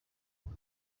ngo